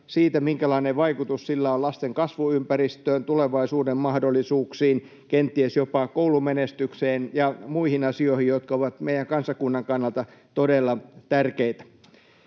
siitä, minkälainen vaikutus sillä on lasten kasvuympäristöön, tulevaisuuden mahdollisuuksiin, kenties jopa koulumenestykseen ja muihin asioihin, jotka ovat meidän kansakuntamme kannalta todella tärkeitä.